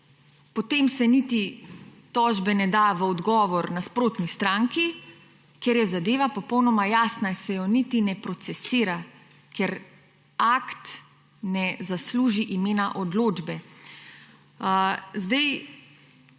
potem se niti tožbe ne da v odgovor nasprotni stranki, ker je zadeva popolnoma jasna, se je niti ne procesira, ker akt ne zasluži imena odločbe.